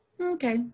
Okay